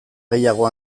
gehiago